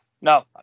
no